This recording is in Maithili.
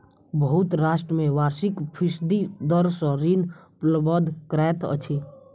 बहुत राष्ट्र में वार्षिक फीसदी दर सॅ ऋण उपलब्ध करैत अछि